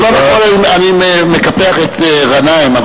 בזמן האחרון אני מקפח את גנאים,